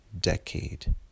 decade